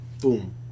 Boom